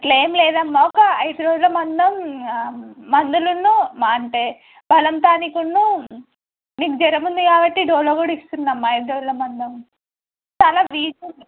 అట్లా ఏం లేదమ్మా ఒక ఐదు రోజుల మందం మందులున్నమా అంటే బలం టానిక్కును మీకు జరముంది కాబట్టి డోలో కూడా ఇస్తునామ్మా ఐదు రోజుల మందులు చాలా వీక్